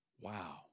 Wow